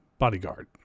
Bodyguard